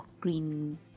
green